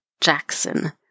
Jackson